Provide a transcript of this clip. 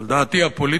על דעתי הפוליטית,